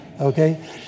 Okay